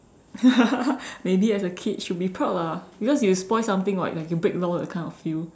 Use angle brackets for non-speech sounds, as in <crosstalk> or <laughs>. ya <laughs> maybe as a kid should be proud lah because you spoil something [what] like you break the law that kind of feel